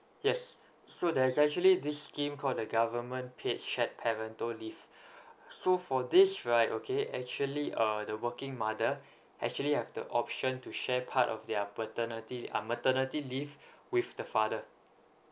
yes so there's actually this scheme call the government paid shared parental leave so for this right okay actually uh the working mother actually have the option to share part of their paternity uh maternity leave with the father